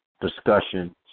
Discussion